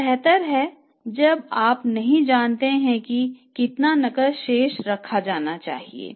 यह बेहतर है जब आप नहीं जानते हैं कि कितना नकद शेष रखा जाना चाहिए